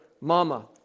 mama